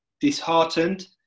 disheartened